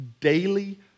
daily